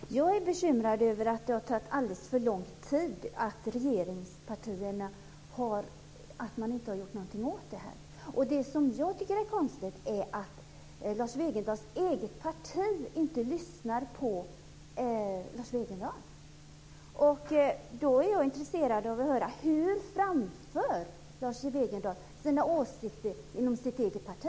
Fru talman! Jag är bekymrad över att det har tagit alldeles för lång tid, att regeringspartiet inte har gjort någonting åt det här. Och det som jag tycker är konstigt är att Lars Wegendals eget parti inte lyssnar på Lars Wegendal. Då är jag intresserad av att höra hur Lars Wegendal framför sina åsikter inom sitt eget parti.